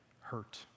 hurt